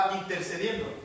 intercediendo